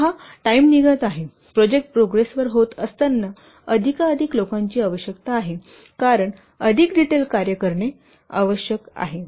पहा टाइम निघत आहे प्रोजेक्ट प्रोग्रेसवर होत असताना अधिकाधिक लोकांची आवश्यकता आहे कारण अधिक डिटेल कार्य करणे आवश्यक आहे